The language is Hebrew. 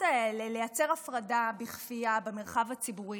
האלה לייצר הפרדה בכפייה במרחב הציבורי